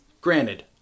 granted